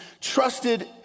trusted